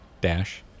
dash